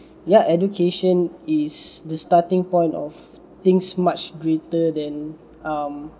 ya education is the starting point of things much greater than um